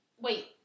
Wait